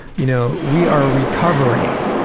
you know we are recovering,